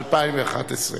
לבנות את בתיהן או ימשיכו,